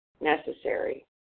necessary